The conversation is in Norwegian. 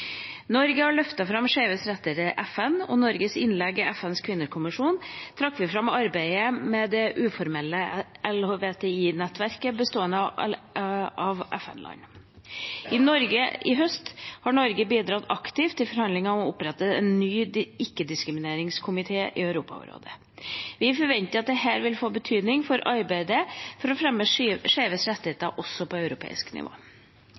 Norge har løftet fram skeives rettigheter i FN. I Norges innlegg i FNs kvinnekommisjon trakk vi fram arbeidet med det uformelle LHBTI-nettverket bestående av FN-land. I høst har Norge bidratt aktivt i forhandlingene om å opprette en ny ikke-diskrimineringskomité i Europarådet, og vi forventer at dette vil få betydning for arbeidet med å fremme skeives rettigheter på europeisk nivå.